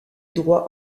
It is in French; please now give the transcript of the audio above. droit